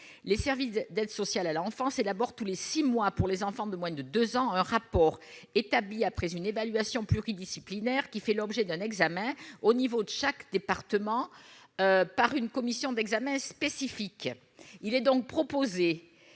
les services d'aide sociale à l'enfance et la mort tous les 6 mois pour les enfants de moins de 2 ans, un rapport établi après une évaluation pluridisciplinaire qui fait l'objet d'un examen au niveau de chaque département par une commission d'examen spécifique, il est donc proposé